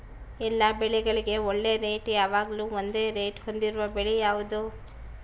ಎಲ್ಲ ಬೆಳೆಗಳಿಗೆ ಒಳ್ಳೆ ರೇಟ್ ಯಾವಾಗ್ಲೂ ಒಂದೇ ರೇಟ್ ಹೊಂದಿರುವ ಬೆಳೆ ಯಾವುದು?